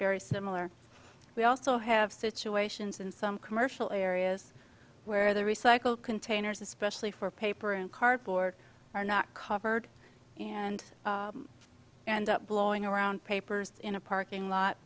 very similar we also have situations in some commercial areas where the recycle containers especially for paper and cardboard are not covered and and up blowing around papers in a parking lot